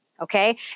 Okay